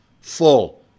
full